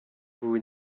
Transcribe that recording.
vous